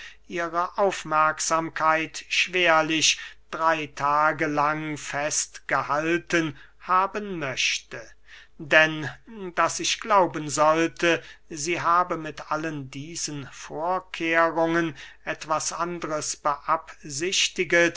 ihre aufmerksamkeit schwerlich drey tage lang fest gehalten haben möchte denn daß ich glauben sollte sie habe mit allen diesen vorkehrungen etwas andres beabsichtigst